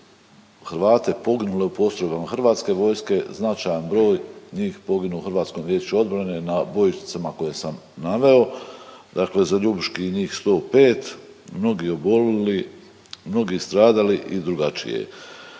Hrvate poginule u postrojbama HV-a, značajan broj njih poginuo u HVO-u na bojišnicama koje sam naveo, dakle za Ljubuški i njih 105, mnogi obolili, mnogi stradali i drugačije,